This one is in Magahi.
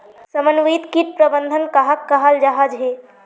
समन्वित किट प्रबंधन कहाक कहाल जाहा झे?